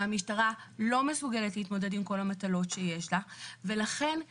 שהמשטרה לא מסוגלת להתמודד עם כל המטלות שיש לה ולכן,